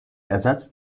ersatz